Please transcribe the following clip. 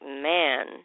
man